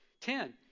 Ten